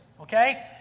Okay